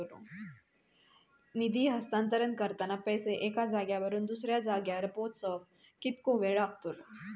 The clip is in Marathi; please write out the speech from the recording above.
निधी हस्तांतरण करताना पैसे एक्या जाग्यावरून दुसऱ्या जाग्यार पोचाक कितको वेळ लागतलो?